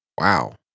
Wow